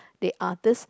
there are these